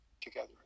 together